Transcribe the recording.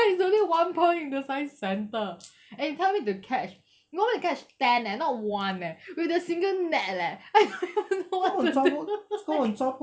then there's only one pond in the science centre and you tell me the catch you want me to you catch ten eh not one eh with a single net leh I don't know what to do